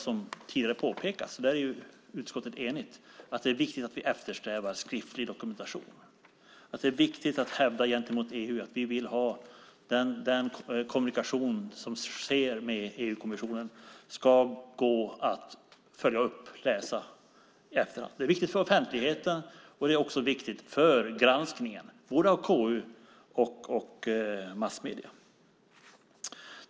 Som tidigare har påpekats, och där är utskottet enigt, är det viktigt att vi eftersträvar skriftlig dokumentation. Det är viktigt att hävda gentemot EU att vi vill ha det. Den kommunikation som sker med EU-kommissionen ska gå att följa upp och läsa i efterhand. Det är viktigt för offentligheten och också för granskningen som görs av både KU och massmedierna.